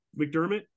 McDermott